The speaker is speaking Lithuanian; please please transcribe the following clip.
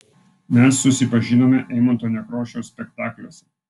mes susipažinome eimunto nekrošiaus spektakliuose